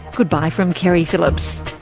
goodbye from keri phillips